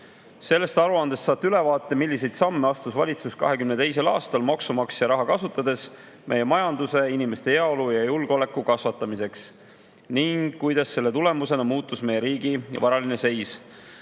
Sellest aruandest saate ülevaate, milliseid samme astus valitsus 2022. aastal maksumaksja raha kasutades meie majanduse, inimeste heaolu ja julgeoleku kasvatamiseks ning kuidas selle tulemusena muutus meie riigi varaline seis.2022.